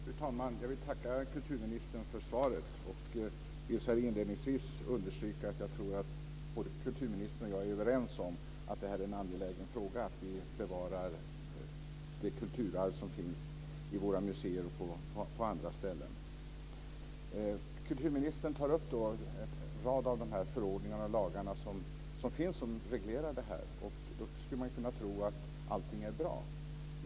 Fru talman! Jag vill tacka kulturministern för svaret, och jag vill inledningsvis understryka att jag tror att kulturministern och jag är överens om att det är en angelägen fråga att vi bevarar det kulturarv som finns i våra museer och på andra ställen. Kulturministern tar upp en rad av de förordningar och lagar som finns och som reglerar detta. Då skulle man kunna tro att allting är bra.